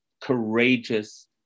courageous